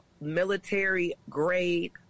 military-grade